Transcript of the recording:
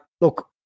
look